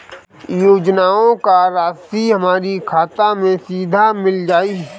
योजनाओं का राशि हमारी खाता मे सीधा मिल जाई?